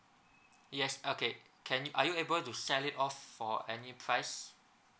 yes okay can are you able to sell it off for any price